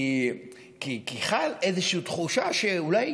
כי ככלל יש איזושהי תחושה שאולי,